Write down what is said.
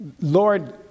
Lord